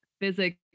physics